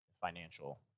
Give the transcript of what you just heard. financial